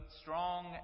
strong